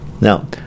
Now